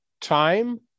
time